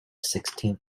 sixteenth